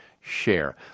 share